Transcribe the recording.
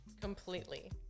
completely